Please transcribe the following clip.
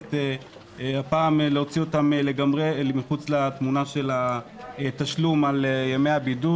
ובאמת הפעם להוציא אותם לגמרי מחוץ לתמונה של התשלום על ימי הבידוד.